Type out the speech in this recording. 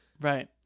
right